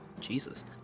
Jesus